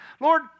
Lord